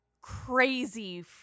crazy